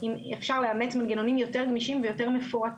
לפני